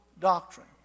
doctrine